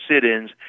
sit-ins